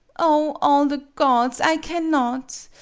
oh, all the gods! i cannot!